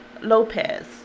Lopez